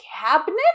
cabinet